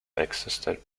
existed